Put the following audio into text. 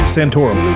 Santorum